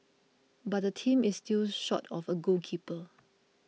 but the team is still short of a goalkeeper